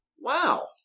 Wow